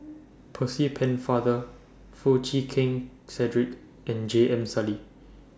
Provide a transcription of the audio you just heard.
Percy Pennefather Foo Chee Keng Cedric and J M Sali